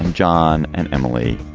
john and emily.